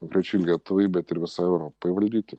konkrečiai lietuvai bet ir visai europai valdyti